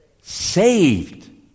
Saved